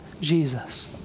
Jesus